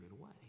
away